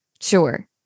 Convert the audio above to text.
Sure